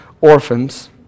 orphans